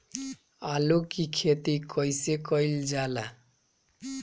आलू की खेती कइसे कइल जाला?